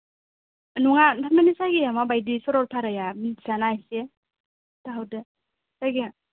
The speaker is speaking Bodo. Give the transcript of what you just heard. नङा थारमानि जायगाया माबायदि सरलपाराया मिनथियाना एसे खिनथा हरदो जायगाया